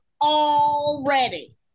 already